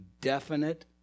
definite